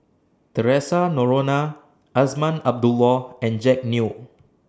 Theresa Noronha Azman Abdullah and Jack Neo